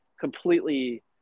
completely